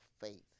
faith